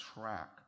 track